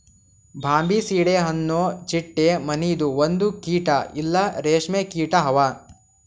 Bombycidae ಅನೊ ಚಿಟ್ಟೆ ಮನಿದು ಒಂದು ಕೀಟ ಇಲ್ಲಾ ರೇಷ್ಮೆ ಕೀಟ ಅವಾ